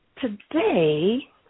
Today